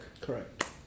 Correct